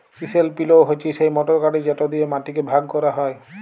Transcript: chisel plough হছে সেই motor গাড়ি যেট দিঁয়ে মাটিকে ভাগ ক্যরা হ্যয়